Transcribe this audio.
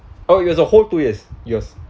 oh it was a whole two years yes